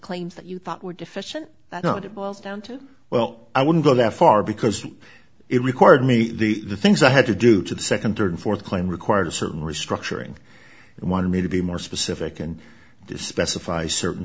claims that you thought were deficient and it boils down to well i wouldn't go that far because it required me the things i had to do to the second third or fourth line required a certain restructuring and wanted me to be more specific and to specify certain